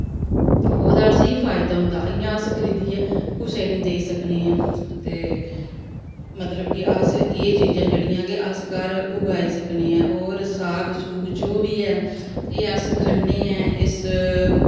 ओह्दा असें गी फैदा होंदा इ'यां अस खरीदियै कुसै गी निं देई सकने आं ते मतलब कि अस एह् चीजां जेह्ड़ियां केह् अस घर उगाई सकने आं होर साग सूग जो बी ऐ एह् अस खन्ने ऐ इस